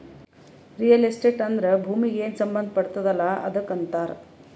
real estate ಅಂದ್ರ ಭೂಮೀಗಿ ಏನ್ ಸಂಬಂಧ ಪಡ್ತುದ್ ಅಲ್ಲಾ ಅದಕ್ ಅಂತಾರ್